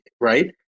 right